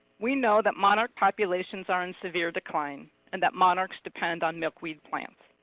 we know that monarch populations are in severe decline. and that monarchs depend on milkweed plants.